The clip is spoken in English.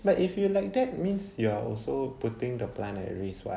but if you like that means you are also putting the plant at risk [what]